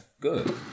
good